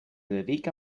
dedica